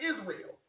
Israel